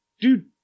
Dude